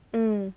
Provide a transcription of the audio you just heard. mm